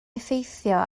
effeithio